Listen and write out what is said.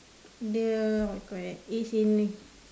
the what you call that it's in